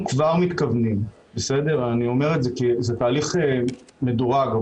זה תהליך מדורג.